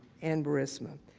and burisma.